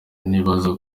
nibaza